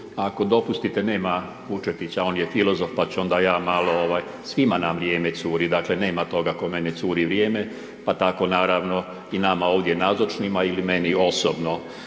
Ako dopustite, nema Vučetića, on je filozof pa ću onda ja malo ovaj, svima na vrijeme curi, dakle nema toga kome ne curi vrijeme, pa tako naravno i nama ovdje nazočnima ili meni osobno.